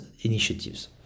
initiatives